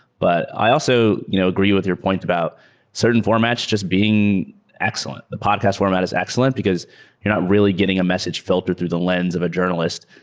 but i also you know agree with your point about certain formats just being excellent. the podcast format is excellent because you're really getting a message filter through the lens of a journalist.